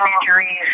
injuries